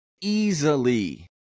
easily